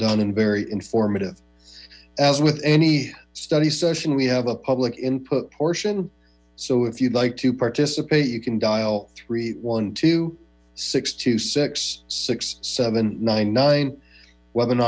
done and very informative as with any study session we have a public input portion so if you'd like to participate you can dial three one two six two six six seven nine nine w